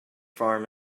farm